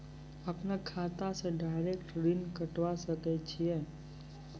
अपन खाता से डायरेक्ट ऋण कटबे सके छियै?